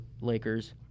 Lakers